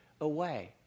away